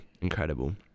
incredible